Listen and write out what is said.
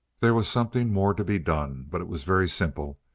there was something more to be done. but it was very simple.